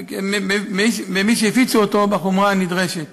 במי שהפיצו אותו בחומרה הנדרשת